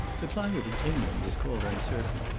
the climate of england is called uncertain,